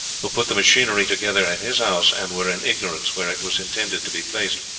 who put the machinery together at his house and were in ignorance where it was intended to be placed.